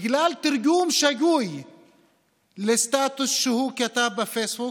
בגלל תרגום שגוי לסטטוס שהוא כתב בפייסבוק.